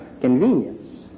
convenience